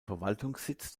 verwaltungssitz